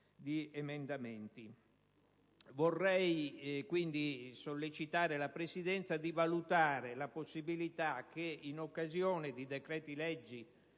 presentati. Vorrei quindi sollecitare la Presidenza a valutare la possibilità che, in occasione di decreti-legge